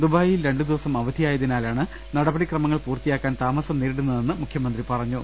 ദുബായിൽ രണ്ടുദിവസം അവധിയായതിനാലാണ് നടപടി ക്രമങ്ങൾ പൂർത്തി യാക്കാൻ താമസം നേരിടുന്നതെന്ന് മുഖ്യമന്ത്രി പറഞ്ഞു